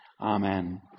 Amen